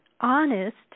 honest